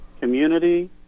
community